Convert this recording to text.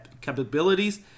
capabilities